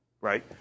Right